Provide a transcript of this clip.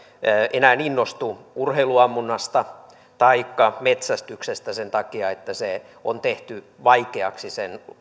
enää innostu urheiluammunnasta taikka metsästyksestä sen takia että on tehty vaikeaksi sen